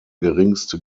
geringste